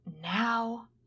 now